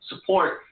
support